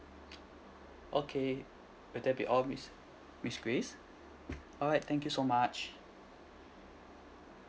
okay will that be all miss miss grace alright thank you so much